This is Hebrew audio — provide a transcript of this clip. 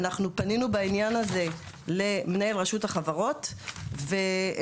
אנחנו פנינו בעניין הזה למנהל רשות החברות ואמרנו